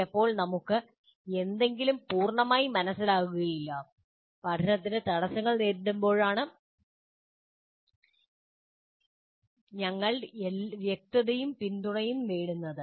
ചിലപ്പോൾ നമുക്ക് എന്തെങ്കിലും പൂർണ്ണമായി മനസ്സിലാകില്ല പഠനത്തിന് തടസ്സങ്ങൾ നേരിടുമ്പോഴാണ് ഞങ്ങൾ വ്യക്തതയും പിന്തുണയും തേടേണ്ടത്